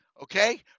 okay